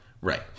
Right